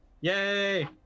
yay